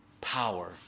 power